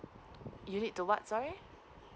you need to what sorry